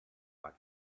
but